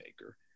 maker